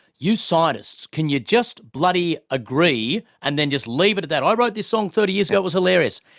you scientists, can you just bloody agree and then just leave it at that? i wrote this song thirty years ago, it was hilarious.